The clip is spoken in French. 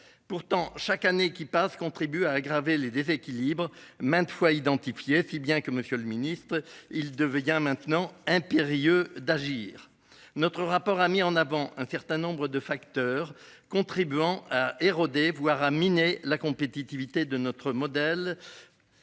Pourtant chaque année qui passe, contribue à aggraver les déséquilibres maintes fois identifié fit bien que monsieur le ministre, il devient maintenant un périlleux d'agir. Notre rapport a mis en avant un certain nombre de facteurs contribuant à éroder voire à miner la compétitivité de notre modèle.